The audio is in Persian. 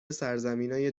سرزمینای